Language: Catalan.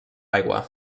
aigua